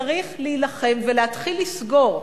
שצריך להילחם ולהתחיל לסגור,